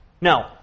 No